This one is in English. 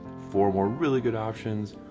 four more really good options,